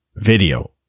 video